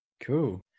Cool